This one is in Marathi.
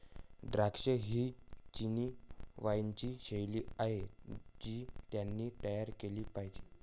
द्राक्षे ही चिनी वाइनची शैली आहे जी त्यांनी तयार केली पाहिजे